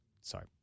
Sorry